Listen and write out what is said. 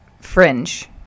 fringe